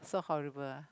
so horrible ah